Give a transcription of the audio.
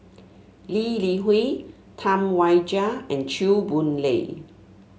Lee Li Hui Tam Wai Jia and Chew Boon Lay